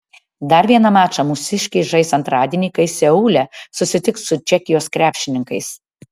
dar vieną mačą mūsiškiai žais antradienį kai seule susitiks su čekijos krepšininkais